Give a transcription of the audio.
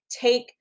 take